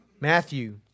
Matthew